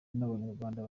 n’abanyarwanda